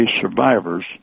Survivors